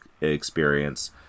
experience